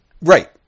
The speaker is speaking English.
right